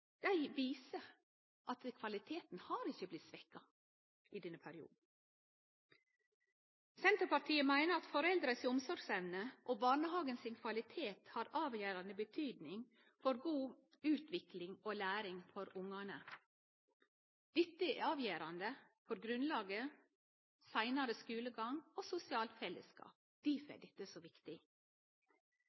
viser at kvaliteten ikkje har blitt svekt i denne perioden. Senterpartiet meiner at omsorgsevna til foreldra og kvaliteten i barnehagen har avgjerande betyding for god utvikling og læring for ungane. Dette er eit avgjerande grunnlag for seinare skulegang og sosialt fellesskap. Difor er dette så viktig.